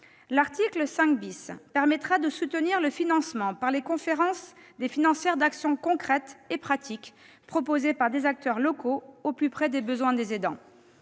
L'article 5 permettra de soutenir le financement par les conférences des financeurs d'actions concrètes et pratiques proposées par des acteurs locaux au plus près des besoins des aidants.